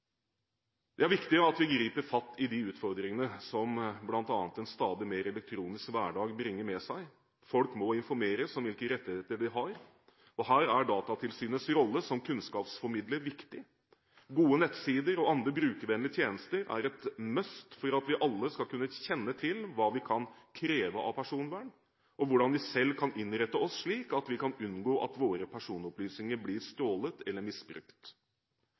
Det er viktig at vi griper fatt i de utfordringene som bl.a. en stadig mer elektronisk hverdag bringer med seg. Folk må informeres om hvilke rettigheter de har. Her er Datatilsynets rolle som kunnskapsformidler viktig. Gode nettsider og andre brukervennlige tjenester er et «must» for at vi alle skal kunne kjenne til hva vi kan kreve av personvern, og hvordan vi selv kan innrette oss slik at vi kan unngå at våre personopplysninger blir stjålet eller misbrukt.